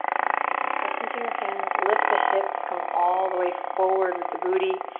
right, then press into your hands. lift the hips, come all the way forward with the booty.